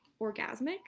orgasmic